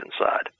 inside